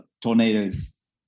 tornadoes